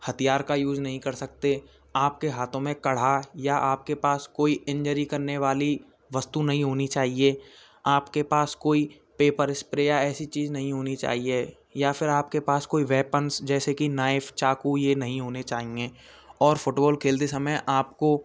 हतियार का यूज़ नहीं कर सकते आपके हाथों मे कढ़ा या आपके पास कोई इंजरी करने वाली वस्तु नहीं होनी चाहिए आपके पास कोई पेपर इस्प्रे या ऐसी चीज़ नहीं होनी चाहिए या फिर आपके पास कोई वैपन्स जैसे कि नाइफ़ चाकू ये नहीं होने चाहिए और फ़ुटवॉल खेलते समय आपको